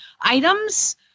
items